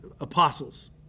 apostles